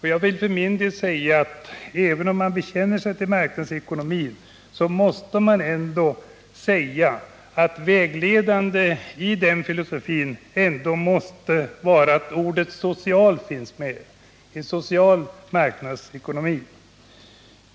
Jag vill för min del säga att även för den som bekänner sig till marknadsekonomins filosofi måste det vara vägledande att ordet ”social” finns med, dvs. en social marknadsekonomi.